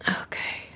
Okay